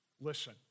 listen